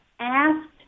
asked